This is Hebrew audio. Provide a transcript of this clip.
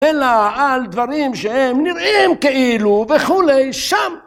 אלא על דברים שהם נראים כאילו וכולי שם